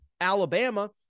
Alabama